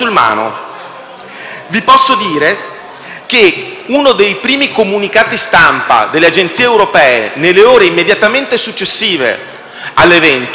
dire che uno dei primi comunicati stampa delle Agenzie europee nelle ore immediatamente successive all'evento è stato fatto dalla